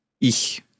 ich